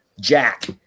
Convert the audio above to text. Jack